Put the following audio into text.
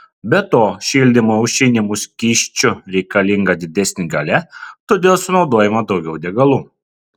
be to šildymui aušinimo skysčiu reikalinga didesnė galia todėl sunaudojama daugiau degalų